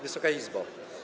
Wysoka Izbo!